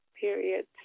period